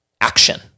action